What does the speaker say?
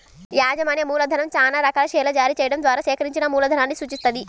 యాజమాన్య మూలధనం చానా రకాల షేర్లను జారీ చెయ్యడం ద్వారా సేకరించిన మూలధనాన్ని సూచిత్తది